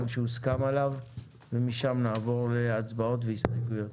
עליו הוסכם ומשם נעבור להצבעות והסתייגויות.